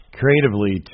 creatively